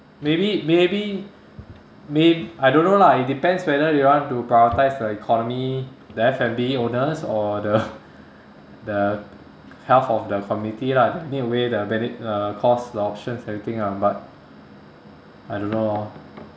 maybe maybe may~ I don't know lah it depends whether they want to prioritise the economy the F&B owners or the the health of the community lah they need to weigh the bene~ the cost the options everything lah but I don't know lor